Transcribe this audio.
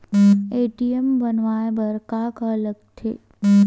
ATM बनवाय बर का का लगथे?